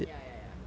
ya ya ya